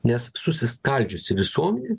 nes susiskaldžiusi visuomenė